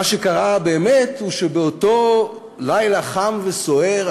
מה שקרה באמת הוא שבאותו לילה חם וסוער,